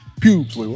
Pubes